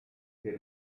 per